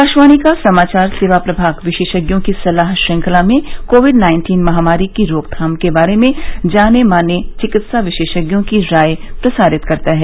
आकाशवाणी का समाचार सेवा प्रभाग विशेषज्ञों की सलाह श्रृंखला में कोविड नाइन्टीन महामारी की रोकथाम के बारे में जाने माने चिकित्सा विशेषज्ञों की राय प्रसारित करता है